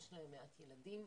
יש להם מעט ילדים,